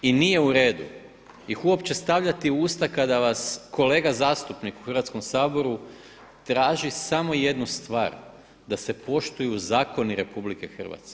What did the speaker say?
I nije uredu ih uopće stavljati u usta kada vas kolega zastupnik u Hrvatskom saboru traži samo jednu stvar, da se poštuju zakoni RH.